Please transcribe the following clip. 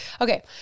Okay